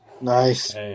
Nice